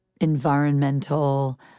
environmental